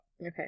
Okay